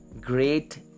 great